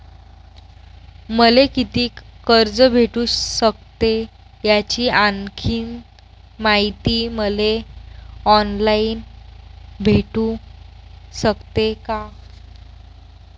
मले कितीक कर्ज भेटू सकते, याची आणखीन मायती मले ऑनलाईन भेटू सकते का?